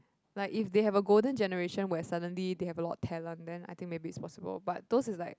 like if they have a golden generation where suddenly they have a lot of talent then I think maybe is possible but those is like